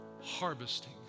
harvesting